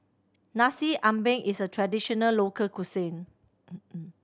Nasi Ambeng is a traditional local cuisine